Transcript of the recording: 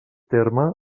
terme